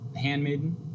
Handmaiden